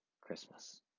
Christmas